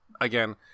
again